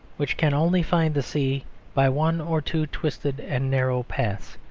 which can only find the sea by one or two twisted and narrow paths,